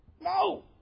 No